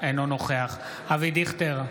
אינו נוכח אבי דיכטר,